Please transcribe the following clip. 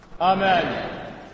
Amen